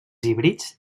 híbrids